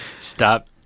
Stop